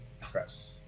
press